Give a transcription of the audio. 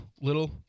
Little